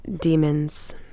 demons